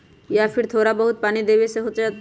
या फिर थोड़ा बहुत पानी देबे से हो जाइ?